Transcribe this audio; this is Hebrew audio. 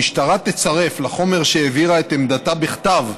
המשטרה תצרף לחומר שהעבירה את עמדתה, בכתב,